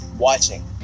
watching